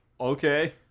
Okay